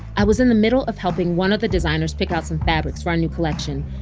i was in the middle of helping one of the designers pick out some fabrics for our new collection.